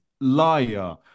Liar